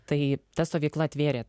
tai ta stovykla atvėrė